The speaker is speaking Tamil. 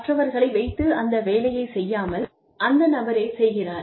மற்றவர்களை வைத்து அந்த வேலையை செய்யாமல் அந்த நபரே செய்கிறார்